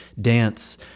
dance